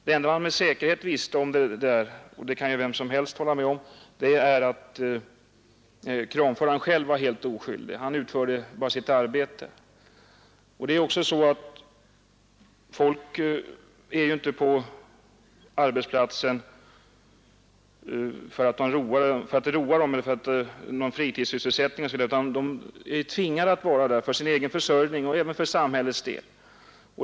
Det enda man med säkerhet visste — och det kan ju vem som helst hålla med om — är att kranföraren själv var helt oskyldig, han utförde bara sitt arbete. Folk är ju inte på arbetsplatsen för att det roar dem eller för någon fritidssysselsättning, utan de tvingas att vara där för sin egen försörjning och även för samhällets del.